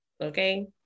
okay